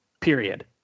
period